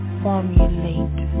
formulate